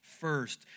first